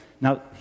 now